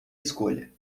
escolha